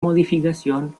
modificación